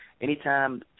anytime